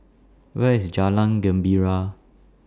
Where IS Jalan Gembira